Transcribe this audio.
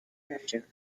pressure